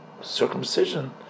circumcision